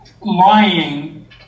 lying